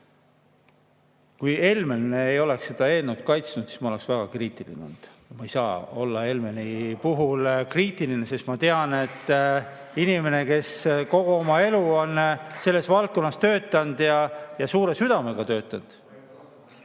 Helmen ei oleks seda eelnõu kaitsnud, siis ma oleksin väga kriitiline olnud. Ma ei saa olla Helmeni suhtes kriitiline, sest ma tean, et ta on inimene, kes kogu oma elu on selles valdkonnas töötanud ja suure südamega töötanud.